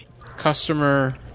Customer